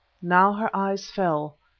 now her eyes fell.